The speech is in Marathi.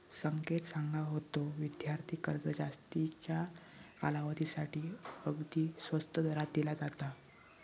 संकेत सांगा होतो, विद्यार्थी कर्ज जास्तीच्या कालावधीसाठी अगदी स्वस्त दरात दिला जाता